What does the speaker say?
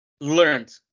learned